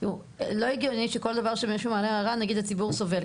לא הגיוני שבכל פעם שמישהו מעלה הערה אז נגיד שהציבור סובל,